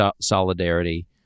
solidarity